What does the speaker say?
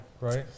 right